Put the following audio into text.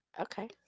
Okay